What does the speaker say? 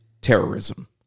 terrorism